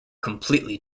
completely